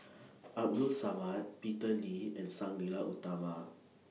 Abdul Samad Peter Lee and Sang Nila Utama